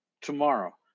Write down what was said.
tomorrow